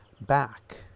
Back